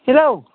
hello